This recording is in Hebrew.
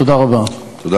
תודה רבה.